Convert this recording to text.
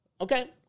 Okay